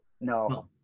No